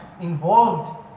involved